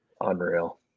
Unreal